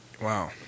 Wow